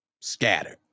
Scattered